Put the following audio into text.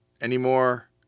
anymore